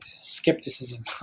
skepticism